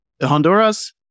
Honduras